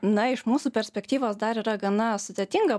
na iš mūsų perspektyvos dar yra gana sudėtinga